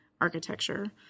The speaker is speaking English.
Architecture